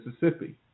Mississippi